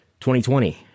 2020